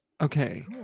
Okay